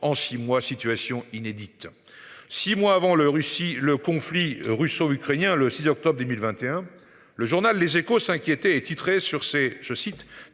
en 6 mois. Situation inédite. Six mois avant le Russie le conflit russo-ukrainien le 6 octobre 2021. Le journal Les Échos s'inquiéter et titré sur ses je cite